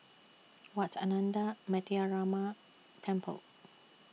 Wat Ananda Metyarama Temple